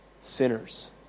sinners